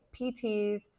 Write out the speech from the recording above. PTs